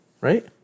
Right